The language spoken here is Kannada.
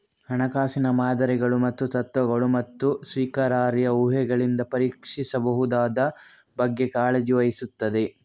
ಹಣಕಾಸಿನ ಮಾದರಿಗಳು ಮತ್ತು ತತ್ವಗಳು, ಮತ್ತು ಸ್ವೀಕಾರಾರ್ಹ ಊಹೆಗಳಿಂದ ಪರೀಕ್ಷಿಸಬಹುದಾದ ಬಗ್ಗೆ ಕಾಳಜಿ ವಹಿಸುತ್ತದೆ